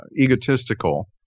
egotistical